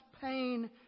pain